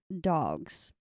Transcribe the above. dogs